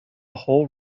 whole